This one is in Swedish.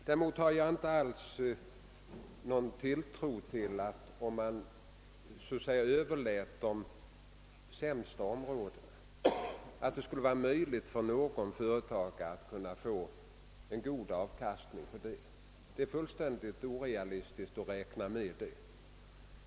Däremot anser jag det vara fullständigt orealistiskt att räkna med att man skulle kunna få god avkastning genom att överlåta de sämsta områdena.